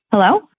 Hello